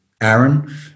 Aaron